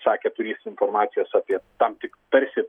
sakė turįs informacijos apie tam tik tarsi